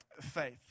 faith